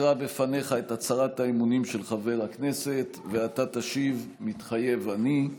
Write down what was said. אקרא בפניך את הצהרת האמונים של חבר הכנסת ואתה תשיב "מתחייב אני".